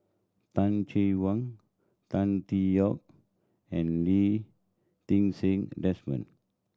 Tan Che Wang Tan Tee Yoke and Lee Ti Seng Desmond